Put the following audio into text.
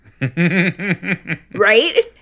Right